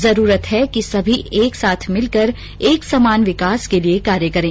जरूरत है कि समी मिलकर एक समान विकास के लिए कार्य करें